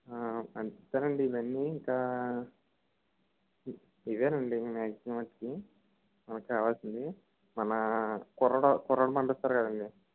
అంతేనండి ఇవన్నీ ఇక ఇ ఇదేనండి మ్యాగ్జిమంమట్టికి మనకి కావాల్సింది మన కుర్రోడు కుర్రోడిని పంపిస్తారు కదండి